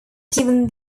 given